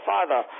Father